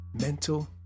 mental